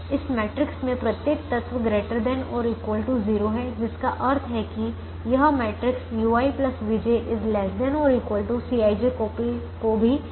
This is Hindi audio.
इस मैट्रिक्स में प्रत्येक तत्व ≥ 0 है जिसका अर्थ है कि यह मैट्रिक्स ui vj ≤ Cij को भी संतुष्ट करता है